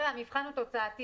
המבחן הוא תוצאתי.